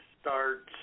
starts